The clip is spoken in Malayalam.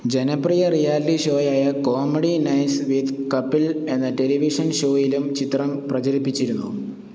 ജെനപ്രിയ റിയാലിറ്റി ഷോയായ കോമഡി നൈറ്റ്സ് വിത്ത് കപിൾ എന്ന ടെലിവിഷൻ ഷോയിലും ചിത്രം പ്രചരിപ്പിച്ചിരുന്നു